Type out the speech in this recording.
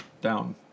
down